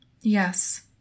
Yes